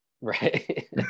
Right